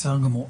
בסדר גמור.